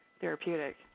therapeutic